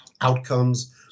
outcomes